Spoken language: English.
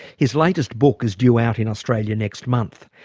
his latest book is due out in australia next month.